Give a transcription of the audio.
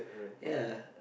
ya